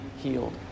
healed